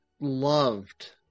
loved